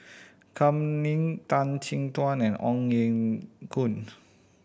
Kam Ning Tan Chin Tuan and Ong Ye Kung